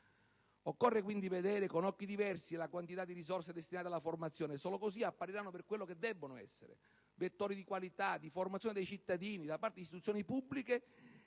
Occorre, quindi, vedere con occhi diversi la quantità di risorse destinate alla formazione che solo così appariranno per quello che devono essere: vettori di qualità, di formazione dei cittadini da parte di istituzioni pubbliche